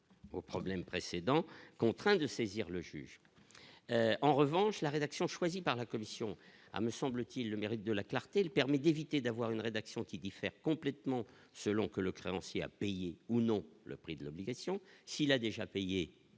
au problème précédent contraints de saisir le juge en revanche la rédaction choisi par la commission a me semble-t-il, le mérite de la clarté, il permet d'éviter d'avoir une rédaction qui diffère complètement, selon que le créancier à payer ou non, le prix de l'obligation s'il a déjà payé,